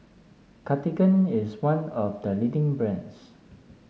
Cartigain is one of the leading brands